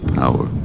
power